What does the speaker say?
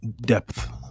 depth